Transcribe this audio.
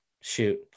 shoot